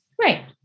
Right